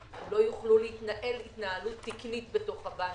הם לא יוכלו להתנהל התנהלות תקנית בתוך הבנקים,